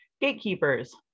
gatekeepers